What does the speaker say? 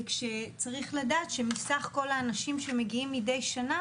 צריך לדעת שמסך כל האנשים שמגיעים מדי שנה